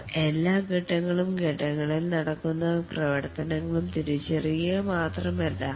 അവ എല്ലാ ഘട്ടങ്ങളും ഘട്ടങ്ങളിൽ നടക്കുന്ന പ്രവർത്തനങ്ങളും തിരിച്ചറിയുക മാത്രമല്ല